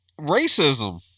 racism